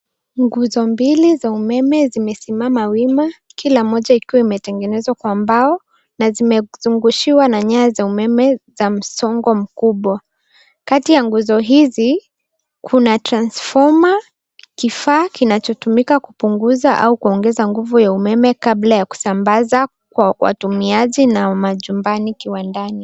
Nguzo mbili za umeme zimesimama wima, kila moja ikiwa imetengenezwa kwa mbao, na zimezungushiwa na nyaya za umeme za msongo mkubwa. Kati ya nguzo hizi, Kuna transfoma kifaa kinachotumika kupunguza au kuongeza nguvu ya umeme, kabla ya kusambaza kwa watumiaji, na majumbani kiwandani.